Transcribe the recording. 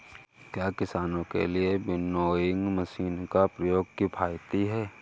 क्या किसानों के लिए विनोइंग मशीन का प्रयोग किफायती है?